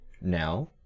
now